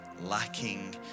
lacking